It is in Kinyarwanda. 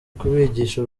kubigisha